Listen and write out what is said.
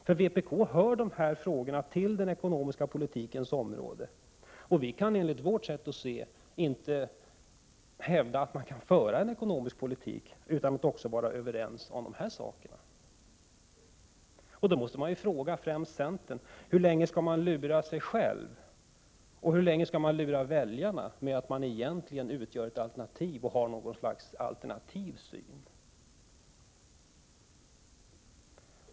För vpk hör dessa frågor till den ekonomiska politikens område, och man kan inte, enligt vårt sätt att se, föra en ekonomisk politik utan att vara överens också om dessa saker. Därför vill jag fråga främst centern: Hur länge skall ni lura er själva och väljarna att de borgerliga partierna utgör ett alternativ?